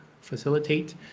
facilitate